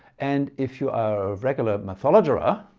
and if you are a regular mathologerer,